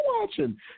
watching